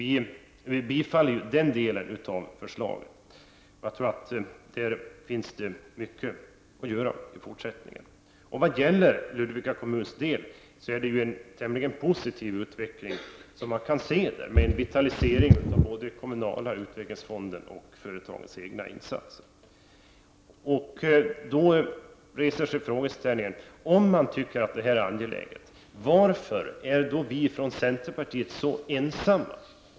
Vi tillstyrker den delen av förslaget. Jag tror att det där finns mycket att göra i fortsättningen. För Ludvika kommuns del är utvecklingen tämligen positiv, med en vitalisering både av den kommunala utvecklingsfonden och företagens egna insatser. Då reser sig frågan: Om man tycker att detta är angeläget, varför är vi från centerpartiet så ensamma?